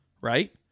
Right